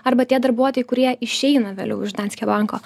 arba tie darbuotojai kurie išeina vėliau iš danske banko